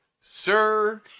Sir